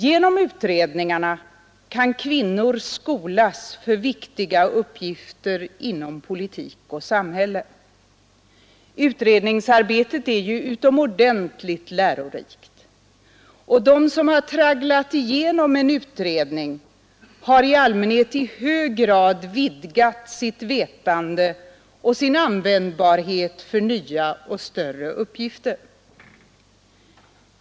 Genom utredningarna kan kvinnor skolas för viktiga uppgifter inom politik och samhälle. Utredningsarbetet är ju utomordentligt lärorikt, och de som tragglat igenom en utredning har i allmänhet i hög grad vidgat sitt vetande och sin användbarhet för nya och större uppgifter.